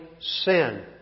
sin